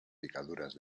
picaduras